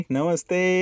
Namaste